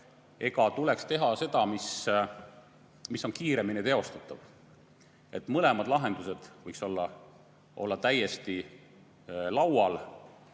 Tuleks teha seda, mis on kiiremini teostatav. Mõlemad lahendused võiksid olla täiesti laual.